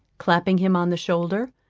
clapping him on the shoulder.